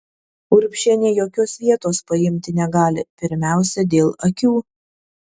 urbšienė jokios vietos paimti negali pirmiausia dėl akių